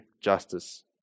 justice